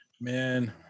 Man